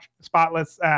spotless